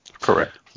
Correct